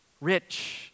rich